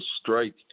strike